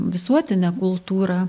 visuotinę kultūrą